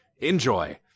Enjoy